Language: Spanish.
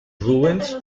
rubens